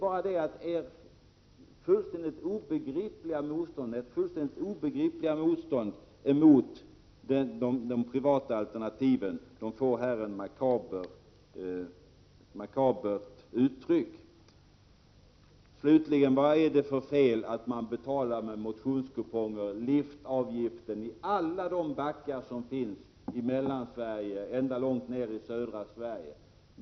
Ert fullkomligt obegripliga motstånd mot privata alternativ får här ett makabert uttryck. Slutligen: Vad är det för fel att med motionskuponger betala liftavgift i alla de backar som finns i Mellansverige, ända långt ner i södra Sverige?